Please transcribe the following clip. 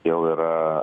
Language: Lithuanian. jau yra